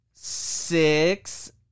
Six